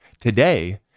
today